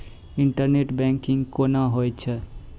Internet banking कोना होय छै?